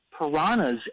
piranhas